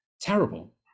terrible